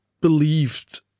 believed